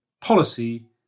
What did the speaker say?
policy